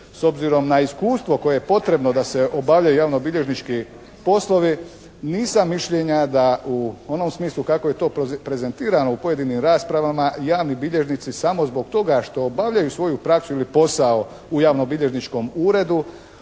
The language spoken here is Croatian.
s obzirom na iskustvo koje je potrebno da se obavljaju javnobilježnički poslovi nisam mišljenja da u onom smislu kako je to prezentirano u pojedinim raspravama, javni bilježnici samo zbog toga što obavljaju svoju praksu ili posao u javnobilježničkom uredu